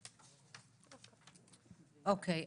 אוקיי.